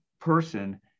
person